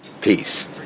Peace